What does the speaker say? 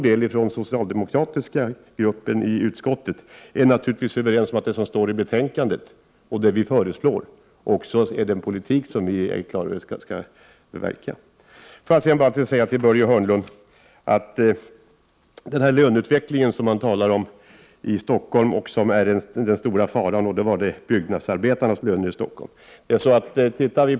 Den socialdemokratiska gruppen i arbetsmarknadsutskottet står naturligtvis bakom vad utskottet har skrivit i betänkandet. Det utskottet föreslår är den politik som vi är inställda på att förverkliga. Byggnadsarbetarnas löneutveckling i Stockholm talar Börje Hörnlund om som den stora faran.